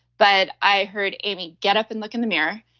but i heard amy, get up and look in the mirror,